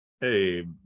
hey